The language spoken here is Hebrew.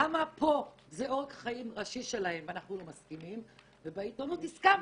למה פה זה עורק חיים ראשי שלהם ואנחנו לא מסכימים ובעיתונות הסכמנו,